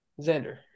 Xander